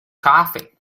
coffee